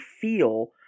feel